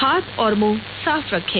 हाथ और मुंह साफ रखें